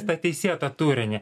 tą teisėtą turinį